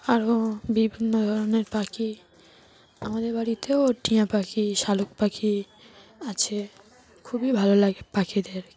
আরও বিভিন্ন ধরনের পাখি আমাদের বাড়িতেও টিয়া পাখি শালিক পাখি আছে খুবই ভালো লাগে পাখিদের